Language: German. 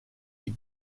die